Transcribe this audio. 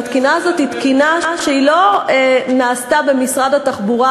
והתקינה הזאת היא תקינה שלא נעשתה במשרד התחבורה